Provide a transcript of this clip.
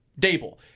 Dable